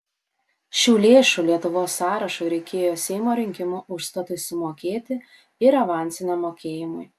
šių lėšų lietuvos sąrašui reikėjo seimo rinkimų užstatui sumokėti ir avansiniam mokėjimui